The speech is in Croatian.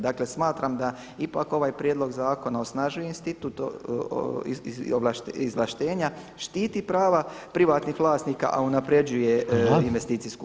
Dakle, smatram da ipak ovaj prijedlog zakona osnažuje institut izvlaštenja, štiti prava privatnih vlasnika a unapređuje investicijsku klimu.